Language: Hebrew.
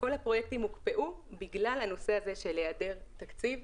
הוקפאו בגלל היעדר תקציב,